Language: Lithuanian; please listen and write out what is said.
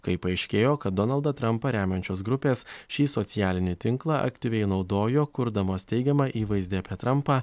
kai paaiškėjo kad donaldą trampą remiančios grupės šį socialinį tinklą aktyviai naudojo kurdamos teigiamą įvaizdį apie trampą